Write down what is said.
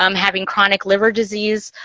um having chronic liver disease,